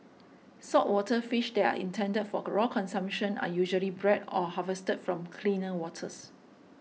saltwater fish that are intended for raw consumption are usually bred or harvested from cleaner waters